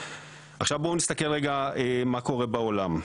עכשיו בואו נסתכל רגע מה קורה בעולם.